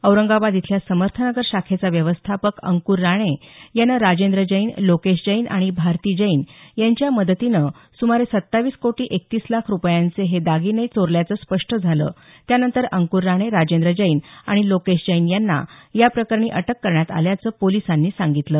औरंगाबाद इथल्या समर्थनगर शाखेचा व्यवस्थापक अंकुर राणे यानं राजेंद्र जैन लोकेश जैन आणि भारती जैन यांच्या मदतीनं सुमारे सत्तावीस कोटी एकतीस लाख रुपयांचे हे दागिनं चोरल्याचं स्पष्ट झालं त्यानंतर अंकुर राणे राजेंद्र जैन आणि लोकेश जैन यांना या प्रकरणी अटक करण्यात आल्याचं पोलिसांनी सांगितलं